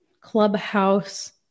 clubhouse